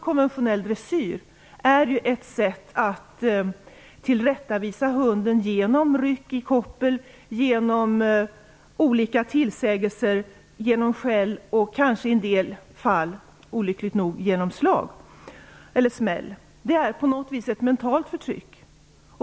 Konventionell dressyr är ju ett sätt att tillrättavisa hunden genom ryck i koppel, genom olika tillsägelser, skäll och kanske i en del fall, olyckligt nog, genom slag eller smäll. Det är på något vis ett mentalt förtryck.